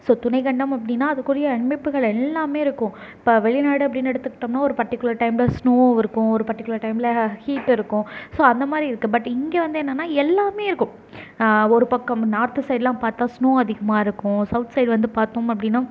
so துணைக்கண்டம் அப்படின்னா அதுக்குரிய அமைப்புகள் எல்லாமே இருக்கும் இப்போ வெளிநாடு அப்படின்னு எடுத்துக்கிட்டோம்னா ஒரு பர்டிகுலர் டைம்ல ஸ்னோவ் இருக்கும் ஒரு பர்டிகுலர் டைம்ல ஹீட் இருக்கும் ஸோ அந்த மாதிரி இருக்கும் பட் இங்க வந்து என்னன்னா எல்லாமே இருக்கும் ஒரு பக்கம் நார்த் சைட்லாம் பார்த்தா ஸ்னோவ் அதிகமாக இருக்கும் சௌத் சைட் வந்து பார்த்தோம் அப்படின்னா